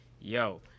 yo